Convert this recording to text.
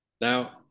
Now